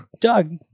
Doug